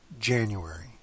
January